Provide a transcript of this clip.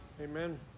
Amen